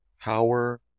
power